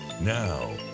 Now